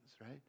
right